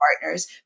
partners